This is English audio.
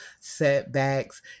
setbacks